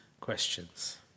questions